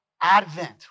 Advent